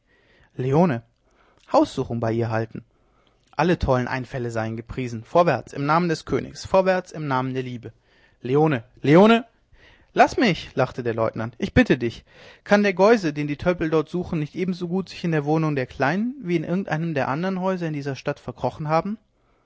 haussuchung bei ihr halten alle tollen einfälle seien gepriesen vorwärts im namen des königs vorwärts im namen der lieb leone leone laß mich lachte der leutnant ich bitte dich kann der geuse den die tölpel dort suchen nicht ebensogut sich in der wohnung der kleinen wie in irgendeinem der andern häuser dieser stadt verkrochen haben